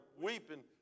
weeping